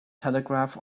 telegraph